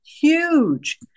huge